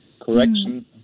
correction